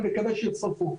אני מקווה שיצורפו,